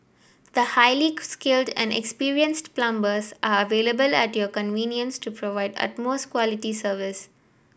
the highly skilled and experienced plumbers are available at your convenience to provide utmost quality service